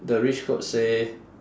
the rich coach say